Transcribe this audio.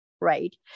Right